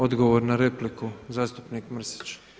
Odgovor na repliku zastupnik Mrsić.